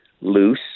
loose